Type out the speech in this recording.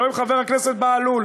ולא עם חבר הכנסת בהלול,